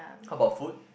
how about food